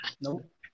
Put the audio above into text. nope